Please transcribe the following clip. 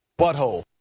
Butthole